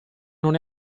non